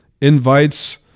invites